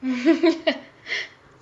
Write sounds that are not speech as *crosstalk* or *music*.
*laughs*